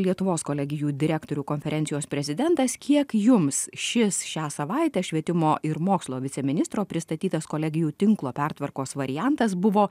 lietuvos kolegijų direktorių konferencijos prezidentas kiek jums šis šią savaitę švietimo ir mokslo viceministro pristatytas kolegijų tinklo pertvarkos variantas buvo